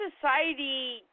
society